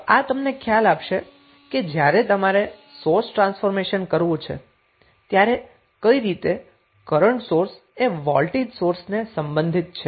તો આ તમને ખ્યાલ આપશે કે જ્યારે તમારે સોર્સ ટ્રાન્સફોર્મેશન કરવું છે ત્યારે કઈ રીતે કરન્ટ સોર્સ એ વોલ્ટેજ સોર્સ ને સંબધિત છે